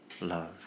love